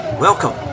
Welcome